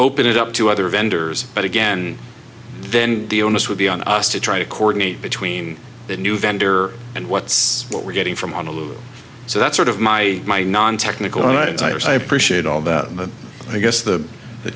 open it up to other vendors but again then the onus would be on us to try to coordinate between the new vendor and what's what we're getting from honolulu so that's sort of my my non technical right entires i appreciate all that and i guess the